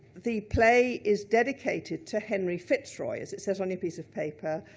the play is dedicated to henry fitzroy as it says on your piece of paper,